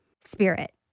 spirit